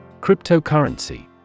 Cryptocurrency